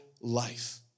life